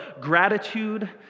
gratitude